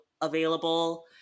available